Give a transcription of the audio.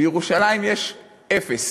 בירושלים יש אפס.